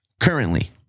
currently